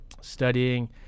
studying